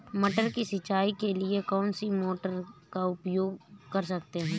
मटर की सिंचाई के लिए कौन सी मोटर का उपयोग कर सकते हैं?